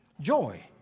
joy